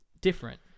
different